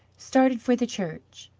started for the church.